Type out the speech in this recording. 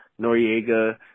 Noriega